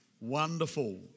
Wonderful